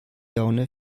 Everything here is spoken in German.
laune